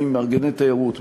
גם עם מארגני תיירות,